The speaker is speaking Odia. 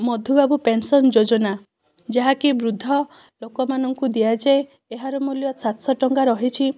ମଧୁବାବୁ ପେନ୍ସନ୍ ଯୋଜନା ଯାହାକି ବୃଦ୍ଧ ଲୋକମାନଙ୍କୁ ଦିଆଯାଏ ଏହାର ମୂଲ୍ୟ ସାତଶହ ଟଙ୍କା ରହିଛି